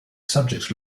subjects